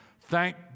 Thank